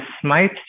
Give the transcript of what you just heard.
smite